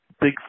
big